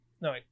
no